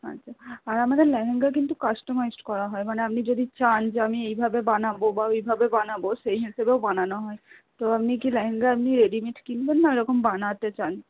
আচ্ছা আর আমাদের লেহেঙ্গা কিন্তু কাস্টমাইজড করা হয় মানে আপনি যদি চান যে আমি এইভাবে বানাবো বা ওইভাবে বানাবো সেই হিসেবেও বানানো হয় তো আপনি কি লেহেঙ্গা এমনি রেডিমেড কিনবেন না এরকম বানাতে চান